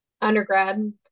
undergrad